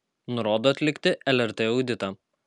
nurodo atlikti lrt auditą